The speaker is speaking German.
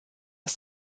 das